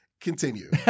continue